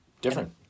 Different